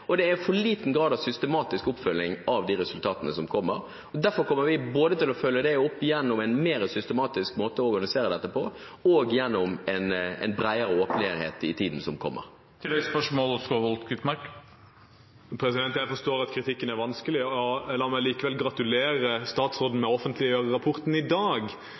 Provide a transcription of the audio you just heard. og det er for liten grad av systematisk oppfølging av de resultatene som kommer. Derfor kommer vi til både å følge det opp gjennom en mer systematisk måte å organisere dette på, og gjennom en bredere åpenhet i tiden som kommer. Peter Skovholt Gitmark – til oppfølgingsspørsmål. Jeg forstår at kritikken er vanskelig. La meg likevel gratulere statsråden med å offentliggjøre rapporten i dag.